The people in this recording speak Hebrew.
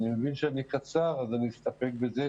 אני מבין שאני קצר, אז אני אסתפק בזה.